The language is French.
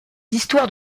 histoires